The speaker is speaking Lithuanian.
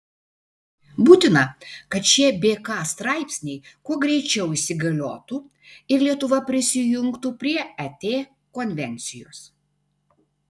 būtina kad šie bk straipsniai kuo greičiau įsigaliotų ir lietuva prisijungtų prie et konvencijos